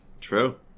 True